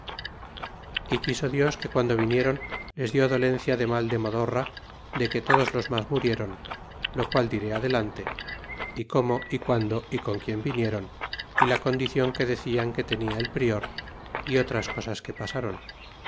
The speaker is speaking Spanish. a quiso dios que guando vinieron les di dolencia de mal de modorra de que todos los mas murieron lo qual diré adelante y cómo y guando y con quien vinieron y la condicion que decian que tenia el prior e otras cosas que pasáron